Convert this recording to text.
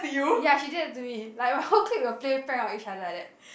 ya she just to do it like my whole clique will play prank on each other like that